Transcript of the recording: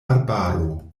arbaro